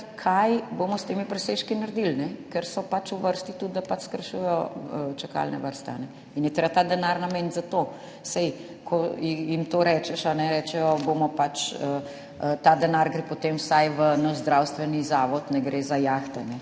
kaj bomo s temi presežki naredili. Ker so v vrsti tudi, da pač skrajšujejo čakalne vrste, in je treba ta denar nameniti za to. Saj ko jim to rečeš, rečejo, bomo pač, ta denar gre potem vsaj v naš zdravstveni zavod, ne gre za jahtanje.